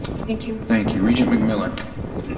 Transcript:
thank you. thank you. regent mcmillan.